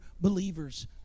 believers